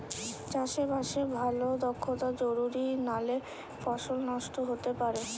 চাষে বাসে ভালো দক্ষতা জরুরি নালে ফসল নষ্ট হতে পারে